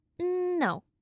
No